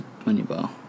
Moneyball